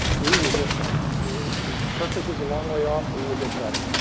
we will get better. we perfect is a long way off. we will get better.